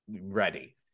ready